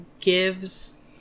gives